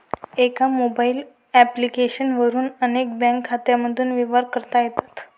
एका mobile application वरून अनेक बँक खात्यांमधून व्यवहार करता येतात